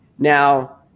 Now